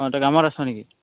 অঁ তই কামত আছ নি